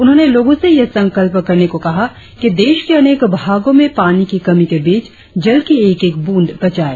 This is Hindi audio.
उन्होंने लोगों से यह संकल्प करने को कहा कि देश के अनेक भागों में पानी की कमी के बीच जल की एक एक बूंद बचाएं